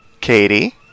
Katie